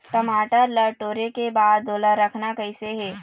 टमाटर ला टोरे के बाद ओला रखना कइसे हे?